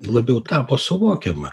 labiau tapo suvokiama